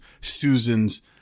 Susan's